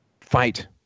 fight